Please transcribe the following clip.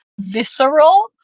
visceral